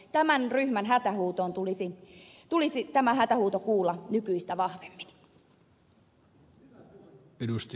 tämän ryhmän hätähuuto tulisi kuulla nykyistä vahvemmin